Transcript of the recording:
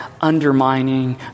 undermining